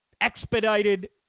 Expedited